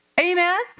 Amen